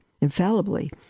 infallibly